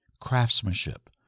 craftsmanship